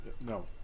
No